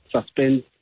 suspend